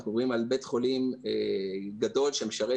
אנחנו מדברים על בית חולים גדול שמשרת